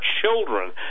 children